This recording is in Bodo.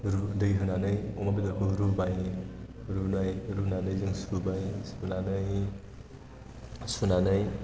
दै होनानै अमा बेदरखौ रुबाय रुनानै जों सुबाय सुनानै